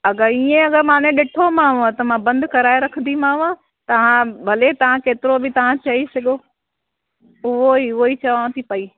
अगरि ईएं अगरि मां ने ॾिठोमाव त मां बंदि कराए रखदीमाव तव्हां भले तव्हां केतिरो बि तव्हां चई सघो उहेई उहेई चवांव थी पई